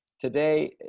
Today